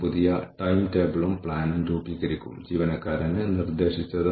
എടുത്ത സമയം 3 ദിവസമോ 2 12 ദിവസമോ അല്ലെങ്കിൽ 5 ദിവസമോ ആണ്